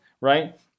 right